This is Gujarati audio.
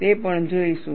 તે પણ જોઈશું